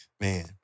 Man